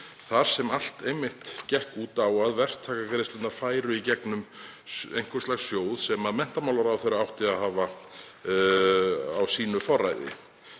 þar sem allt einmitt gekk út á að verktakagreiðslurnar færu í gegnum einhvers lags sjóð sem menntamálaráðherra átti að hafa á sínu forræði.